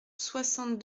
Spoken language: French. soixante